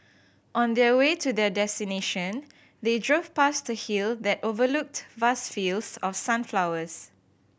on their way to their destination they drove past a hill that overlooked vast fields of sunflowers